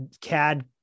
CAD